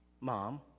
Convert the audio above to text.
Mom